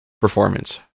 performance